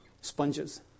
sponges